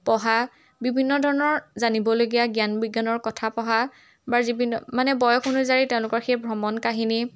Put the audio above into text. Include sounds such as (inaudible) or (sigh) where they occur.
পঢ়া বিভিন্ন ধৰণৰ জানিবলগীয়া জ্ঞান বিজ্ঞানৰ কথা পঢ়া বা (unintelligible) মানে বয়স অনুযায়ী তেওঁলোকৰ সেই ভ্ৰমণ কাহিনী